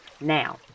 Now